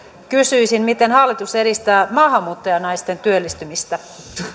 kysyisin miten hallitus edistää maahanmuuttajanaisten työllistymistä